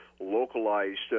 localized